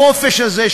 החופש הזה,